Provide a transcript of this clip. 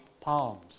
palms